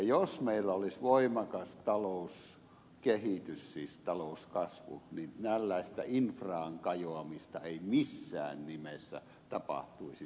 jos meillä olisi voimakas talouskehitys siis talouskasvu niin tällaista infraan kajoamista ei missään nimessä tapahtuisi